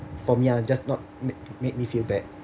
for me ah just not make make me feel bad